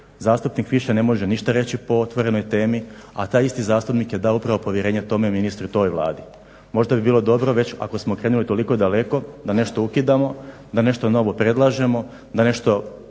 zastupnik više ništa ne može reći po otvorenoj temi, a taj isti zastupnik je upravo dao povjerenje tome ministru i toj Vladi. Možda bi bilo dobro već ako smo krenuli toliko daleko da nešto ukidamo da nešto novo predlažemo da nešto